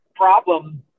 problem